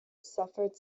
suffered